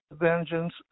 Vengeance